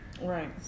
Right